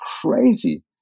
crazy